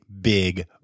big